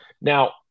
Now